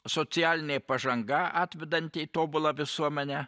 socialinė pažanga atvedanti į tobulą visuomenę